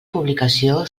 publicació